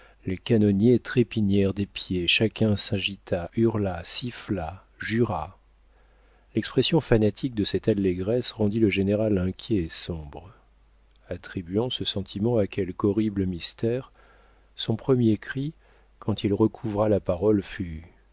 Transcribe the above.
les canonniers trépignèrent des pieds chacun s'agita hurla siffla jura l'expression fanatique de cette allégresse rendit le général inquiet et sombre attribuant ce sentiment à quelque horrible mystère son premier cri quand il recouvra la parole fut